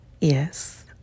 yes